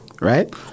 Right